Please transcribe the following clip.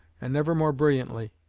and never more brilliantly.